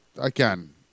Again